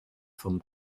vom